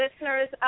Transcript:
Listeners